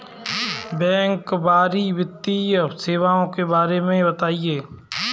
बैंककारी वित्तीय सेवाओं के बारे में बताएँ?